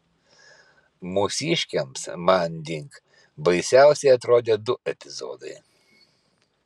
mūsiškiams manding baisiausi atrodė du epizodai